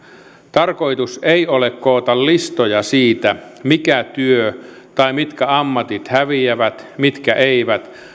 tarkoitus ei ole koota listoja siitä mikä työ tai mitkä ammatit häviävät mitkä eivät